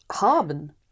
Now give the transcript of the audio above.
haben